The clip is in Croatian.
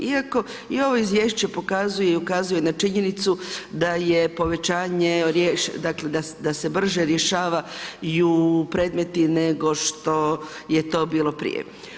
Iako i ovo izvješće pokazuje i ukazuje na činjenicu da je povećanje, dakle da se brže rješavaju predmeti nego što je to bilo prije.